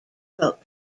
wrote